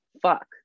fuck